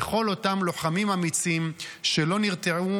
וכל אותם לוחמים אמיצים שלא נרתעו